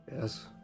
Yes